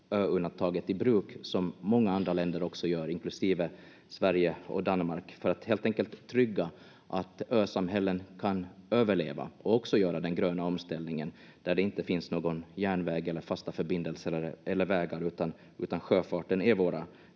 ö-undantaget i bruk, som många andra länder också gör, inklusive Sverige och Danmark, för att helt enkelt trygga att ösamhällen kan överleva och också göra den gröna omställningen där det inte finns någon järnväg eller fasta förbindelser eller vägar. Sjöfarten är våra